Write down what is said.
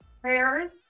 prayers